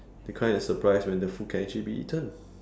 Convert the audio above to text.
be kind of surprised when the food can actually be eaten